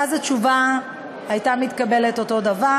ואז התשובה המתקבלת הייתה אותו דבר.